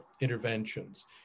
interventions